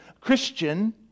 Christian